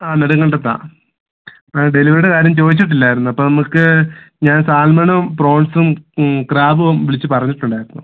ആ നെടുങ്കണ്ടത്താണ് ആ ഡെലിവറി ആരും ചോയിച്ചിട്ടില്ലായിരുന്നു അപ്പോൾ നമുക്ക് ഞാൻ സാൽമണും പ്രോൺസും ക്രാബും വിളിച്ച് പറഞ്ഞിട്ടുണ്ടായിരുന്നു